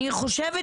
אני חושבת